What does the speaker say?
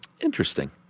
Interesting